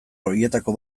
horietako